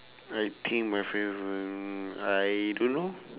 I think my favour~ I don't know